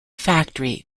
factory